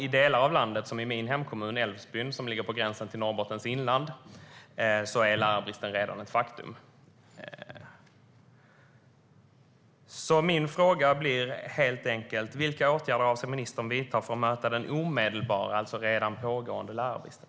I delar av landet, som i min hemkommun Älvsbyn som ligger på gränsen till Norrbottens inland, är lärarbristen redan ett faktum. Min fråga blir helt enkelt: Vilka åtgärder avser ministern att vidta för att möta den omedelbara och redan pågående lärarbristen?